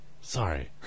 Sorry